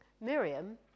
Miriam